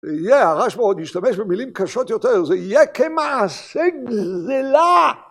יהיה, הרשב"א עוד ישתמש במילים קשות יותר, זה יהיה כמעשה גזילה!